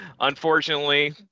unfortunately